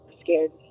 scared